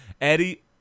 Eddie